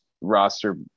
roster